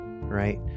right